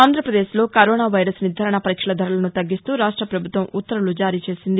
ఆంధ్రప్రదేశ్లో corona virus నిర్ణారణ పరీక్షల ధరలను తగ్గిస్తూ రాష్ట ప్రభుత్వం నిన్న ఉత్తర్వులు జారీ చేసింది